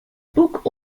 book